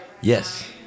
yes